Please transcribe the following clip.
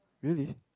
really